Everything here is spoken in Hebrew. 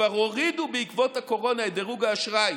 כבר הורידו בעקבות הקורונה את דירוג האשראי